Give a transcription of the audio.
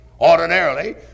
Ordinarily